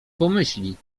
pomyśli